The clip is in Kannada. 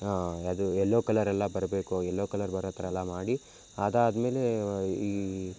ಅದು ಯೆಲ್ಲೋ ಕಲರೆಲ್ಲ ಬರಬೇಕು ಯೆಲ್ಲೋ ಕಲರ್ ಬರೋ ಥರಯೆಲ್ಲ ಮಾಡಿ ಅದು ಆದ ಮೇಲೆ ಈ